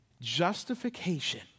Justification